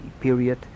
period